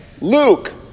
Luke